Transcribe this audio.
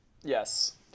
Yes